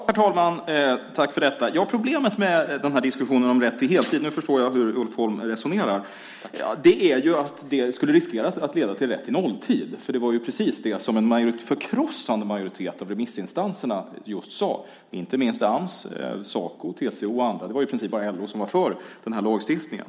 Herr talman! Nu förstår jag hur Ulf Holm resonerar. Problemet med diskussionen om rätt till heltid är att det skulle riskera att leda till rätt till nolltid. Det var precis det som en förkrossande majoritet av remissinstanserna sade, inte minst Ams, Saco, TCO och andra. Det var i princip bara LO som var för den här lagstiftningen.